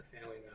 Family